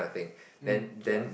mm ya